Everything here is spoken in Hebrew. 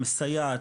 מסייעת,